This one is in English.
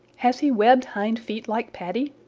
has he webbed hind feet like paddy?